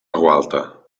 gualta